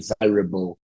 desirable